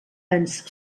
ens